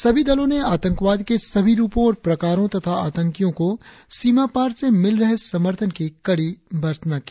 सभी दलों ने आतंकवाद के सभी रुपों और प्रकारों तथा आतंकियों को सीमापार से मिल रहे समर्थन की कड़ी भर्त्सना की